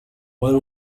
while